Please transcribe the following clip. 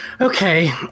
okay